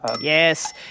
Yes